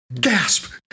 gasp